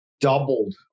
doubled